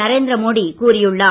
நரேந்திரமோடி கூறியுள்ளார்